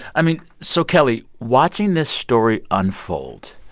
i mean, so, kelly, watching this story unfold,